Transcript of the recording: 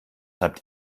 habt